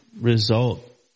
result